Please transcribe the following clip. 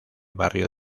barrio